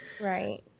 right